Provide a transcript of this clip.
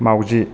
माउजि